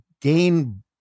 gain